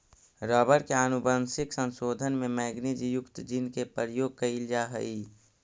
rubber के आनुवंशिक संशोधन में मैगनीज युक्त जीन के प्रयोग कैइल जा हई